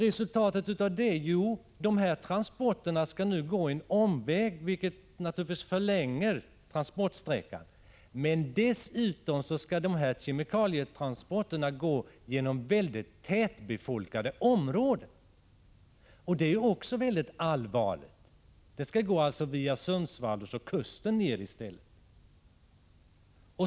Resultatet av händelsen är att dessa transporter nu skall gå en omväg, vilket naturligtvis förlänger transportsträckan. Dessutom skall dessa kemikalietransporter gå genom mycket tätbefolkade områden. Det är också ytterst allvarligt. Transporterna skall alltså gå via Sundsvall och ner längs kusten.